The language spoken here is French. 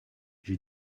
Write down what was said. j’ai